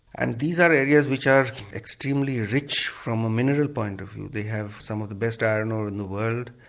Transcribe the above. and these are areas which are extremely rich from a mineral point of view, they have some of the best iron ore in the world,